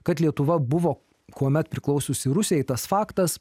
kad lietuva buvo kuomet priklausiusi rusijai tas faktas